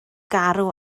garw